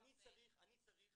אני צריך